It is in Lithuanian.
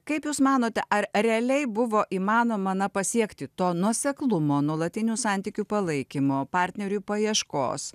kaip jūs manote ar realiai buvo įmanoma na pasiekti to nuoseklumo nuolatinių santykių palaikymo partnerių paieškos